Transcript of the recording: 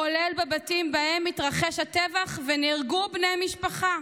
כולל בבתים שבהם התרחש הטבח ונהרגו בני משפחה.